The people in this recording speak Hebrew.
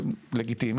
זה לגיטימי,